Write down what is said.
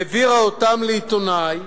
והעבירה אותם לעיתונאי,